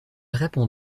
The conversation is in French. répond